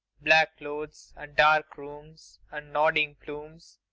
black clothes and dark rooms and nodding plumes.